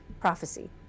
prophecy